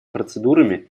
процедурами